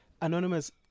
anonymous